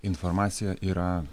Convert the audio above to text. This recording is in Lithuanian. informacija yra